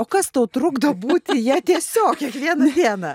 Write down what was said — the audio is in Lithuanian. o trukdo būti ja tiesiog kiekvieną dieną